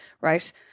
Right